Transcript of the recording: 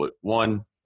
one